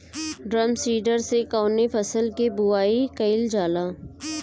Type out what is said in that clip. Drum seeder से कवने फसल कि बुआई कयील जाला?